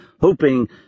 hoping